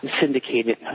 syndicated